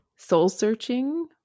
soul-searching